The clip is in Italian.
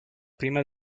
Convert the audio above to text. prima